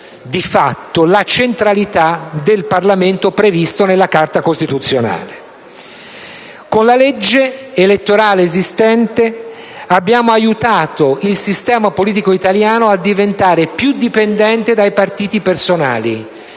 di fatto la centralità del Parlamento prevista nella Carta costituzionale. Con la legge elettorale esistente abbiamo aiutato il sistema politico italiano a diventare più dipendente dai partiti personali,